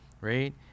right